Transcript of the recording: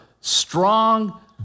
strong